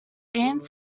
ants